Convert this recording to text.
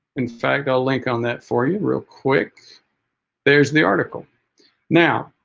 in fact i'll link on that for you real quick there's the article now